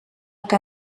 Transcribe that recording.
que